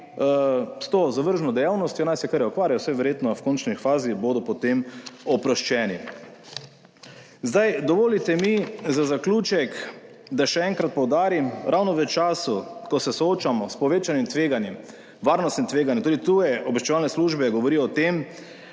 s to zavržno dejavnostjo naj se kar je ukvarjajo, saj verjetno v končni fazi bodo potem oproščeni. Zdaj, dovolite mi za zaključek, da še enkrat poudarim, ravno v času, ko se soočamo s povečanim tveganjem, varnostnem tveganju, tudi tuje obveščevalne službe govorijo o tem,